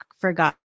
forgot